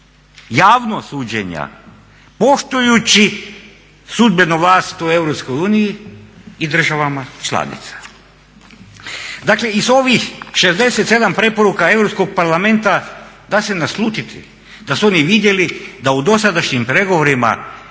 javnost suđenja, poštujući sudbenu vlast u EU i državama članicama. Dakle, iz ovih 67 preporuka Europskog parlamenta da se naslutiti da su oni vidjeli da u dosadašnjim pregovorima